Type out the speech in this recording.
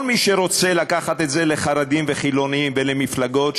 כל מי שרוצה לקחת את זה לחרדים ולחילונים ולמפלגות,